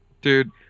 dude